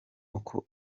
uko